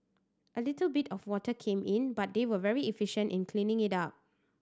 a little bit of water came in but they were very efficient in cleaning it up